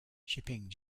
shipping